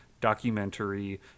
documentary